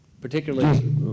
Particularly